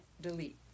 delete